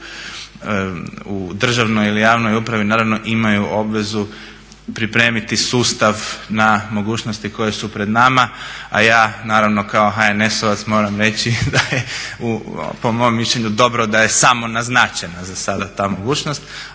u državnoj ili javnoj upravi imaju obvezu pripremiti sustav na mogućnosti koje su pred nama, a ja naravno kao HNS-ovac moram reći da je po mom mišljenju dobro da je samo naznačena za sada ta mogućnost,